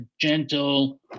gentle